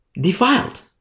Defiled